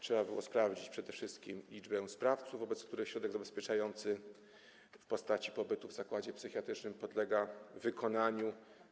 Trzeba było sprawdzić przede wszystkim liczbę sprawców, wobec których środek zabezpieczający w postaci pobytu w zakładzie psychiatrycznym podlega wykonaniu.